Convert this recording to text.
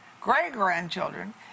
great-grandchildren